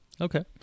okay